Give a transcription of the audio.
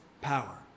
power